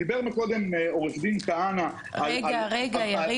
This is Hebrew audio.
דיבר קודם עו"ד כהנא --- יריב,